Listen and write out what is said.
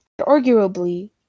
arguably